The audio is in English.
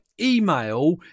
email